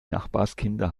nachbarskinder